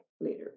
later